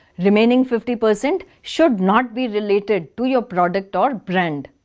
remaining fifty percent should not be related to your product or brand.